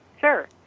Sure